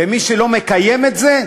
ומי שלא מקיים את זה,